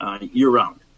year-round